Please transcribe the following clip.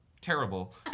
terrible